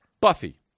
Buffy